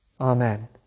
Amen